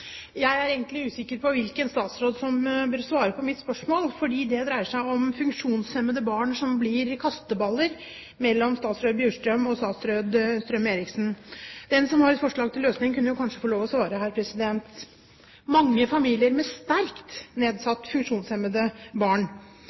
Jeg er egentlig usikker på hvilken statsråd som bør svare på mitt spørsmål, fordi det dreier seg om funksjonshemmede barn som blir kasteballer mellom statsråd Bjurstrøm og statsråd Strøm-Erichsen. Den som har et forslag til løsning, kunne jo kanskje få lov å svare her. Mange familier med sterkt funksjonshemmede barn